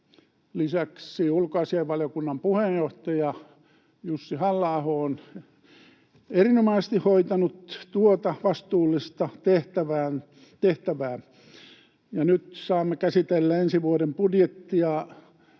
Lisäksi ulkoasiainvaliokunnan puheenjohtaja Jussi Halla-aho on erinomaisesti hoitanut tuota vastuullista tehtävää. Ja nyt saamme käsitellä ensi vuoden budjettia